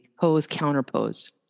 pose-counterpose